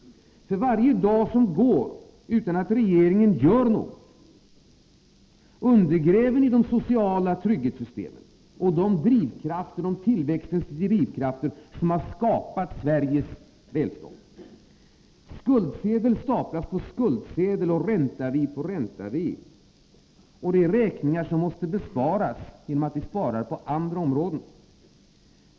För varje dag som går utan att regeringen gör något undergräver ni de sociala trygghetssystem och de tillväxtens drivkrafter som skapat Sveriges välstånd. Skuldsedel staplas på skuldsedel och ränteavi på ränteavi. Och det är räkningar som måste betalas genom besparingar på andra områden.